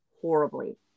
horribly